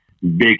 big